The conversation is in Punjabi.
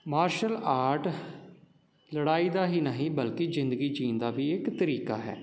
ਮਾਰਸ਼ਲ ਆਰਟ ਲੜਾਈ ਦਾ ਹੀ ਨਹੀਂ ਬਲਕਿ ਜ਼ਿੰਦਗੀ ਜੀਣ ਦਾ ਵੀ ਇੱਕ ਤਰੀਕਾ ਹੈ